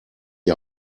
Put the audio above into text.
die